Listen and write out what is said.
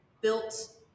built